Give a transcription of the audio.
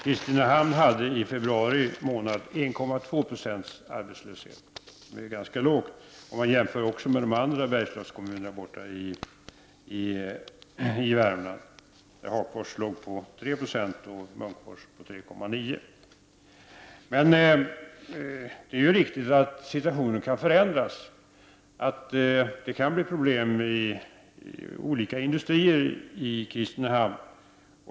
Kristinehamn hade i februari månad 1,2 96 arbetslöshet, vilket är ganska lågt även om man jämför med de andra Bergslagskommunerna i Värmland där Hagfors hade 3 20 och Munkfors 3,9 26 arbetslöshet. Men det är riktigt att situationen kan förändras. Det kan bli problem inom olika industrier i Kristinehamn.